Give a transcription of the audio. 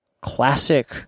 classic